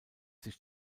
sich